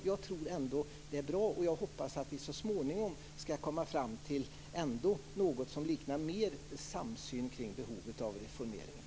Jag tror ändå att det är bra, och jag hoppas att vi så småningom ska komma fram till någonting som mer liknar samsyn kring behovet av reformering.